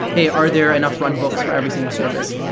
hey. are there enough run books for every single service?